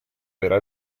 vera